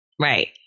right